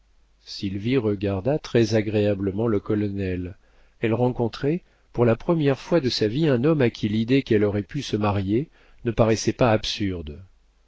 regarda très-agréablement le colonel elle rencontrait pour la première fois de sa vie un homme à qui l'idée qu'elle aurait pu se marier ne paraissait pas absurde